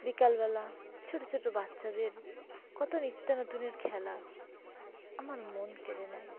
বিকালবেলা ছোটো ছোটো বাচ্চাদের কত নিত্য নতুনের খেলা আমার মন কেড়ে নেয়